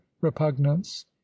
repugnance